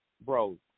bro